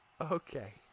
Okay